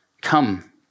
come